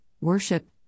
worship